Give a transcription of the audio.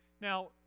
Now